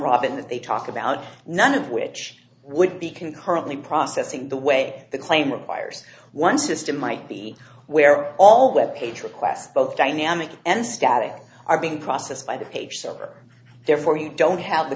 robin that they talk about none of which would be concurrently processing the way the claim requires one system might be where all web page requests both dynamic and static are being processed by the page server therefore you don't have the